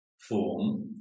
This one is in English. Form